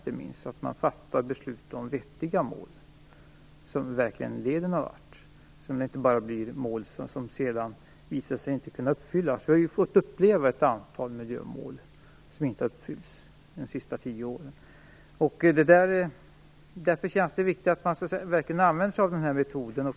Det gäller ju att fatta beslut om vettiga mål som verkligen leder någon vart och som inte är mål som sedan inte visar sig kunna uppfyllas. Vi har ju under de senaste tio åren fått uppleva att ett antal miljömål inte uppfyllts. Mot den bakgrunden är det viktigt att man verkligen använder sig av nämnda metod.